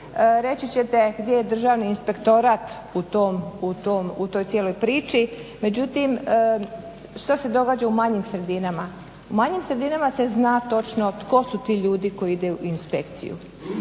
Reći ćete gdje je Državni inspektorat u toj cijeloj priči? Međutim, što se događa u manjim sredinama? U manjim sredinama se zna točno tko su ti ljudi koji idu u inspekciju.